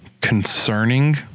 Concerning